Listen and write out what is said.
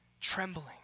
Trembling